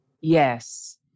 Yes